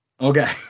Okay